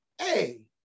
hey